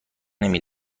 نمی